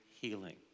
healing